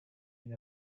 and